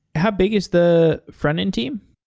how big is the frontend team?